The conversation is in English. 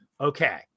okay